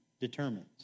determines